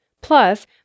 Plus